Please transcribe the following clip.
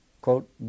quote